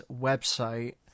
website